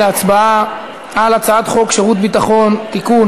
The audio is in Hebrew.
להצבעה על הצעת חוק שירות ביטחון (תיקון,